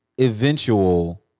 eventual